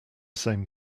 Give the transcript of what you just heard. same